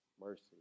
mercy